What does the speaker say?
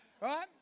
right